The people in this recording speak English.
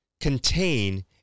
contain